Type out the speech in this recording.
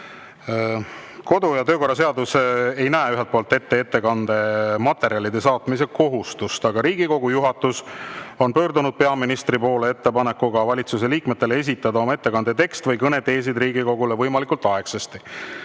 Kodu- ja töökorra seadus ei näe ette ettekande materjalide saatmise kohustust, aga Riigikogu juhatus on pöördunud peaministri poole ettepanekuga, et valitsuse liikmed esitaksid oma ettekande teksti või kõneteesid Riigikogule võimalikult aegsasti.